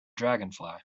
dragonfly